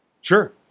Sure